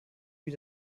wie